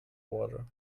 water